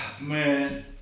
Man